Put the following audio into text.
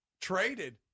traded